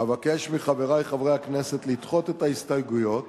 אבקש מחברי חברי הכנסת לדחות את ההסתייגויות